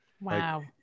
Wow